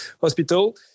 hospital